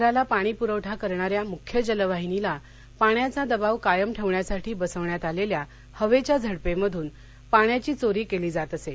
शहराला पाणी पुरवठा करणाऱ्या मुख्य जलवाहिनीला पाण्याचा दबाव कायम ठेवण्यासाठी बसवण्यात आलेल्या हवेच्या झडपेमधून पाण्याची चोरी केली जात असे